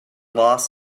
loss